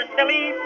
Silly